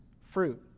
fruit